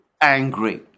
angry